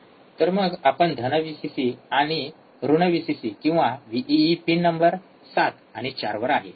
तर मग आपण धन व्हीसीसी आणि ऋण व्हीसीसी किंवा व्हीइइ पिन नंबर ७ आणि ४ वर आहे